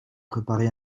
préparer